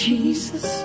Jesus